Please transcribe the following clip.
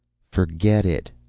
forget it,